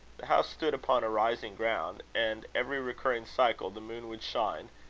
the house stood upon a rising ground and, every recurring cycle, the moon would shine,